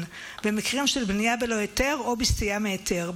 במקרים של בנייה בלא היתר או בסטייה מהיתר,